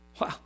wow